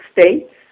states